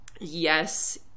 yes